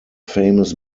famous